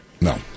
No